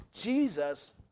Jesus